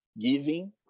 giving